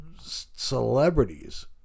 celebrities